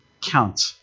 count